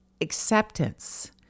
acceptance